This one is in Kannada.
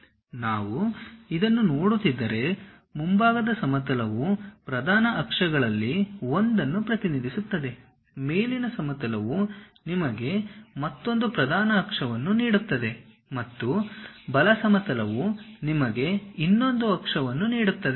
ನಾವು ಇದನ್ನು ನೋಡುತ್ತಿದ್ದರೆ ಮುಂಭಾಗದ ಸಮತಲವು ಪ್ರಧಾನ ಅಕ್ಷಗಳಲ್ಲಿ ಒಂದನ್ನು ಪ್ರತಿನಿಧಿಸುತ್ತದೆ ಮೇಲಿನ ಸಮತಲವು ನಿಮಗೆ ಮತ್ತೊಂದು ಪ್ರಧಾನ ಅಕ್ಷವನ್ನು ನೀಡುತ್ತದೆ ಮತ್ತು ಬಲ ಸಮತಲವು ನಿಮಗೆ ಇನ್ನೊಂದು ಅಕ್ಷವನ್ನು ನೀಡುತ್ತದೆ